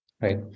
Right